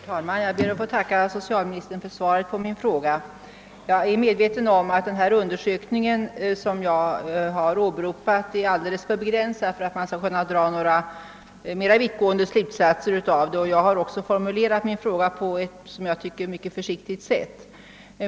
Herr talman! Jag ber att få tacka socialministern för svaret på min fråga. Jag är medveten om att den undersökning som jag har åberopat är alldeles för begränsad för att man skall kunna dra mera vittgående slutsatser av den, och jag har därför formulerat min fråga mycket försiktigt.